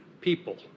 people